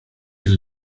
jej